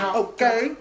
okay